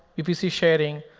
vpc sharing,